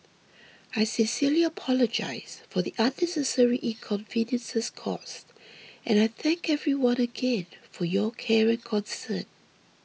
I sincerely apologise for the unnecessary inconveniences caused and I thank everyone again for your care and concern